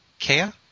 Kaya